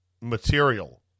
material